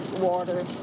water